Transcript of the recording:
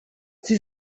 sie